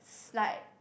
it's like